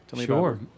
Sure